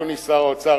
אדוני שר האוצר,